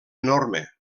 enorme